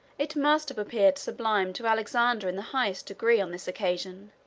it must have appeared sublime to alexander in the highest degree, on this occasion.